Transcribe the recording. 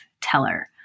teller